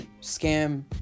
scam